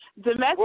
domestic